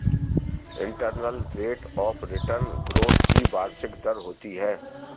internal rate of return growth की वार्षिक दर होती है